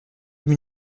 deux